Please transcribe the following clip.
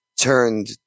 turned